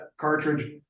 cartridge